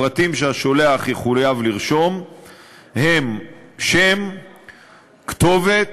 הפרטים שהשולח יחויב לרשום הם שם, כתובת,